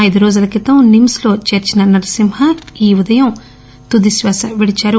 ఐదు రోజుల క్రితం నిమ్స్లో చేరిన నర్పింహ ఈ ఉదయం తుది శ్వాస విడిచారు